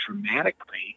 dramatically